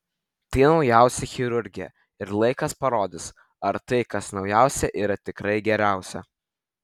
tai naujausia chirurgija ir laikas parodys ar tai kas naujausia yra tikrai geriausia